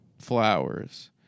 flowers